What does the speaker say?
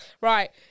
Right